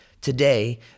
today